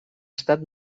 estat